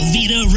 Vita